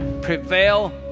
prevail